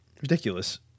Ridiculous